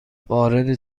وارد